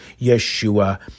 Yeshua